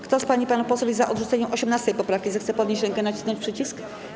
Kto z pań i panów posłów jest za odrzuceniem 18. poprawki, zechce podnieść rękę i nacisnąć przycisk.